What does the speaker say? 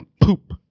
poop